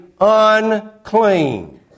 unclean